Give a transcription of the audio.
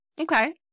Okay